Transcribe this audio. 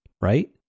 right